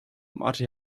marty